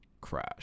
crash